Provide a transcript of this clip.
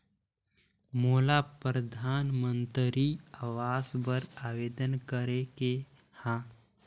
मोला परधानमंतरी आवास बर आवेदन करे के हा?